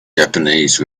japanese